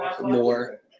more